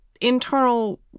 internal